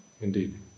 indeed